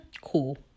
Cool